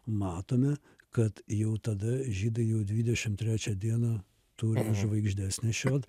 matome kad jau tada žydai jau dvidešimt trečią dieną turi žvaigždes nešiot